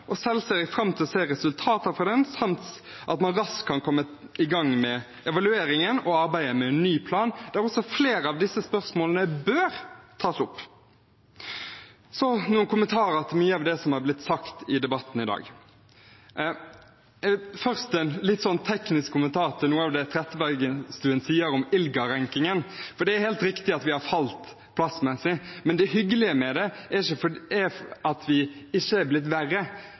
og selv ser jeg fram til å se resultater fra den samt til at man raskt kan komme i gang med evalueringen og arbeidet med en ny plan, der også flere av disse spørsmålene bør tas opp. Så noen kommentarer til mye av det som har blitt sagt i debatten i dag. Først en litt sånn teknisk kommentar til noe av det Trettebergstuen sier om ILGA-rankingen, for det er helt riktig at vi har falt plassmessig, men det hyggelige med det er at vi ikke er blitt verre.